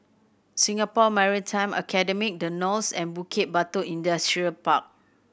Singapore Maritime Academy The Knolls and Bukit Batok Industrial Park